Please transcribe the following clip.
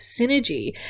synergy